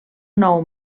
nou